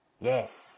Yes